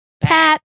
Pat